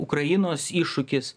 ukrainos iššūkis